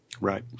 Right